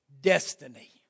destiny